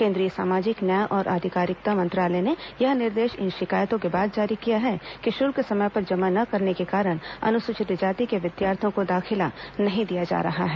केंद्रीय सामाजिक न्याय और अधिकारिता मंत्रालय ने यह निर्देश इन शिकायतों के बाद जारी किया है कि शुल्क समय पर जमा न करने के कारण अनुसूचित जाति के विद्यार्थियों को दाखिला नहीं दिया जा रहा है